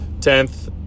Tenth